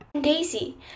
Daisy